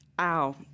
ow